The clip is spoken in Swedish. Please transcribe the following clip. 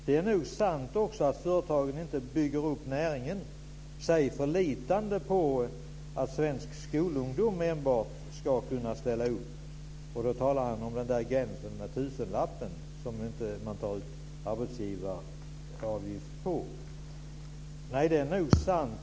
Det nog också sant att företagen inte bygger upp näringen och enbart förlitar sig på att svensk skolungdom ska kunna ställa upp. Sedan talar han om gränsen med tusenlappen som man inte tar ut arbetsgivaravgift på. Det är nog sant.